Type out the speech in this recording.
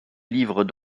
livrent